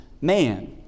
man